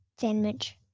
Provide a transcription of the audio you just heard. Sandwich